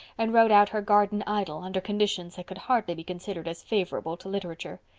and wrote out her garden idyl under conditions that could hardly be considered as favorable to literature.